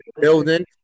Building